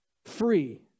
Free